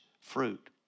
fruit